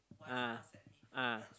ah ah